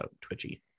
Twitchy